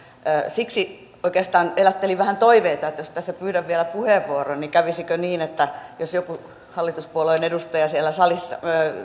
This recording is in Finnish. siksi oikeastaan elättelin vähän toiveita että jos tässä pyydän vielä puheenvuoron niin kävisikö niin että jos joku hallituspuolueen edustaja siellä